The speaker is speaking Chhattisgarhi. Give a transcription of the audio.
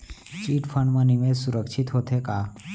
चिट फंड मा निवेश सुरक्षित होथे का?